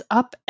up